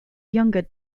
younger